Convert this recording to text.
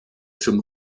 zum